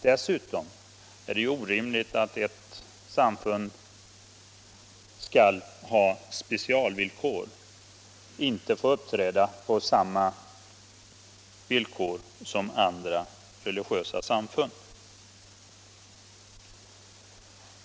Dessutom är det orimligt att ett samfund skall ha specialvillkor, inte få uppträda på samma villkor som andra religiösa samfund.